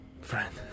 Friend